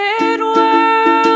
world